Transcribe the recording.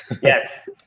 Yes